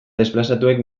desplazatuek